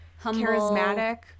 charismatic